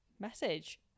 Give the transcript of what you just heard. message